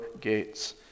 gates